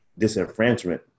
disenfranchisement